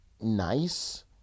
nice